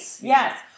Yes